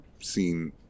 seen